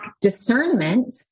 discernment